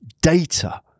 data